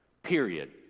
period